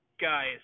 guys